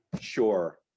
sure